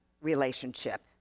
relationship